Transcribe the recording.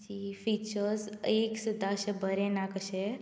तेजे फिचर्स एक सुद्दां बरें ना कशे